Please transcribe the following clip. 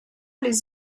les